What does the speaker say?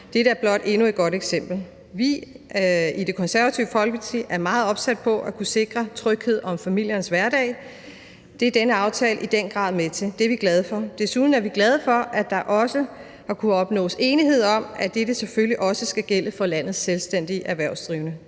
Dette er blot endnu et godt eksempel på det. Vi i Det Konservative Folkeparti er meget opsat på at kunne sikre tryghed om familiernes hverdag, og det er denne aftale i den grad med til, og det er vi glade for. Desuden er vi glade for, at der også har kunnet opnås enighed om, at dette selvfølgelig også skal gælde for landets selvstændigt erhvervsdrivende.